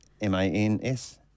M-A-N-S